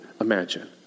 imagine